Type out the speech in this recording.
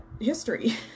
history